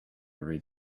read